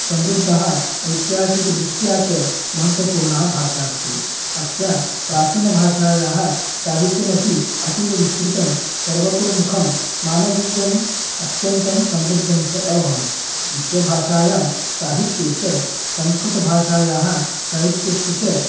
समृद्धा ऐतिहासिकदृष्ट्या च महत्त्वपूर्णा भाषा अस्ति अस्य प्राचीनभाषायाः साहित्यमपि अतीव विस्तृतं सर्वतो मुखं मानवीयम् अत्यन्तं समृद्धं च अभवत् विश्वभाषायां साहित्ये च संस्कृतभाषायाः साहित्यस्य च